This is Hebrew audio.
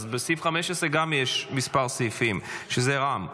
ובסעיף 15 גם יש מספר סעיפים של רע"מ.